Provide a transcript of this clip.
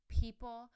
People